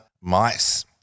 mice